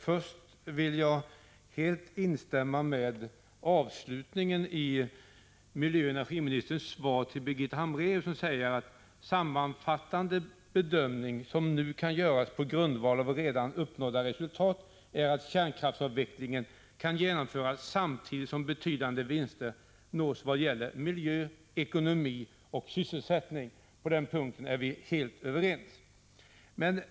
Först vill jag helt instämma i avslutningen i miljöoch energiministerns svar på Birgitta Hambraeus interpellation: ”En sammanfattande bedömning, som nu kan göras på grundval av redan uppnådda resultat, är att kärnkraftsavvecklingen kan genomföras samtidigt som betydande vinster nås vad gäller miljö, ekonomi och sysselsättning.” På den punkten är vi helt överens.